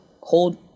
hold